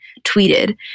tweeted